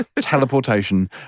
teleportation